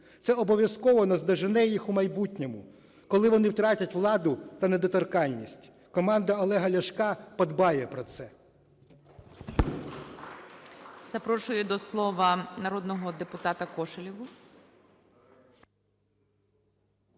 Це обов'язково наздожене їх у майбутньому, коли вони втратять владу та недоторканність. Команда Олега Ляшка подбає про це.